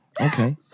Okay